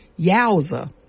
Yowza